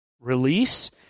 release